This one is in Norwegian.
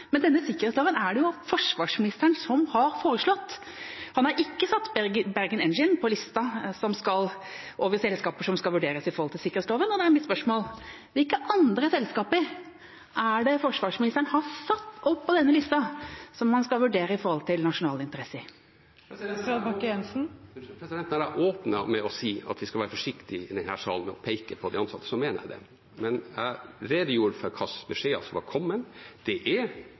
Men denne sikkerhetsloven er det jo forsvarsministeren som har foreslått. Han har ikke satt Bergen Engines på lista over selskaper som skal vurderes etter sikkerhetsloven, og da er mitt spørsmål: Hvilke andre selskaper er det forsvarsministeren har satt opp på denne lista, som man skal vurdere opp mot nasjonale interesser? Når jeg åpnet med å si at vi skal være forsiktige i denne salen med å peke på de ansatte, mener jeg det. Jeg redegjorde for hvilke beskjeder som var kommet. Det er